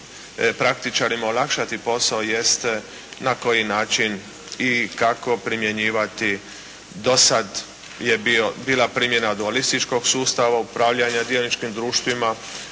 praktičarima olakšati posao na koji način i kako primjenjivati, do sada je bila primjena dualističkog sustava upravljanja dioničkim društvima,